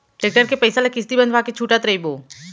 tractor के पइसा ल किस्ती बंधवा के छूटत रइबो